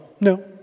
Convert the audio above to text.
No